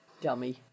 Dummy